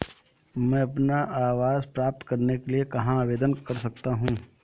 मैं अपना आवास प्राप्त करने के लिए कहाँ आवेदन कर सकता हूँ?